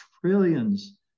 trillions